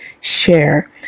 share